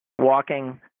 walking